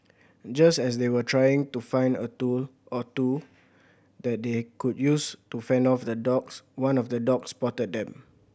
just as they were trying to find a tool or two that they could use to fend off the dogs one of the dogs spotted them